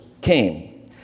came